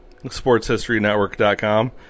SportsHistoryNetwork.com